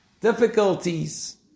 difficulties